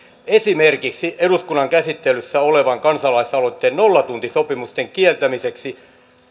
esimerkiksi eduskunnan käsittelyssä olevan kansalaisaloitteen nollatuntisopimusten kieltämiseksi